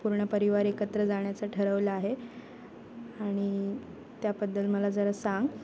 पूर्ण परिवार एकत्र जाण्याचा ठरवलं आहे आणि त्याबद्दल मला जरा सांग